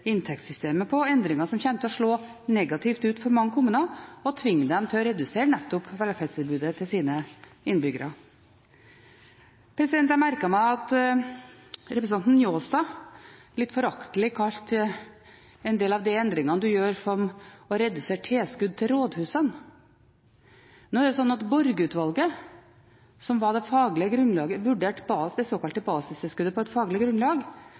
inntektssystemet på, endringer som kommer til å slå negativt ut for mange kommuner og tvinge dem til å redusere nettopp velferdstilbudet til sine innbyggere. Jeg merket meg at representanten Njåstad litt foraktelig omtalte en del av de endringene man gjør, som å redusere tilskudd til rådhusene. Nå er det slik at Borge-utvalget på sin side, som vurderte det såkalte basistilskuddet på et faglig grunnlag,